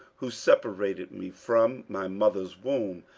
who separated me from my mother's womb,